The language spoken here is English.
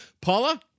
Paula